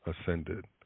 ascended